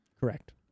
Correct